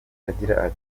agira